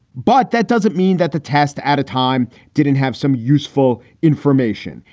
but that doesn't mean that the test at a time didn't have some useful information.